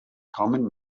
common